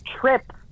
trip